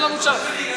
שאתם עשיתם,